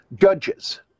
judges